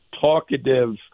talkative